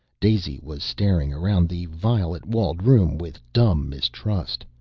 daisy was staring around the violet-walled room with dumb mistrust.